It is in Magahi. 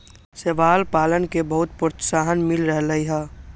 शैवाल पालन के बहुत प्रोत्साहन मिल रहले है